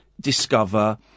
discover